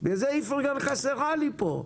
בגלל זה היא חסרה לי פה.